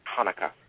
Hanukkah